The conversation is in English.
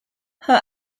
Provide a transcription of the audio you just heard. her